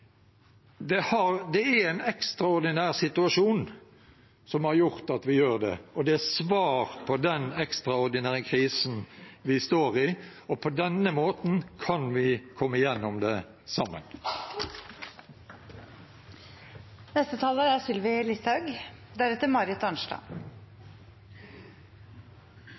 Det er en ekstraordinær situasjon som har gjort at vi gjør det, og det er et svar på den ekstraordinære krisen vi står i. På denne måten kan vi komme igjennom det sammen. Det har vært en stor diskusjon etter at regjeringen la fram forslag om det som er